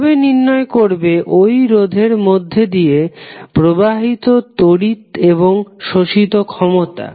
কিভাবে নির্ণয় করবে ওই রোধের মধ্যে দিয়ে প্রবাহিত তড়িৎ এবং শোষিত ক্ষমতা